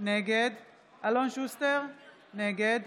נגד אלון שוסטר, נגד